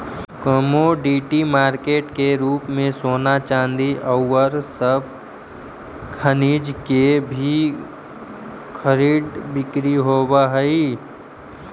commodity market के रूप में सोना चांदी औउर सब खनिज के भी कर्रिड बिक्री होवऽ हई